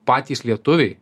patys lietuviai